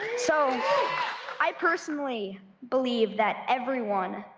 so i personally believe that everyone,